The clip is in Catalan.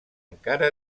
encara